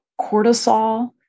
cortisol